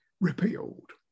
repealed